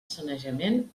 sanejament